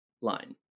line